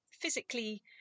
physically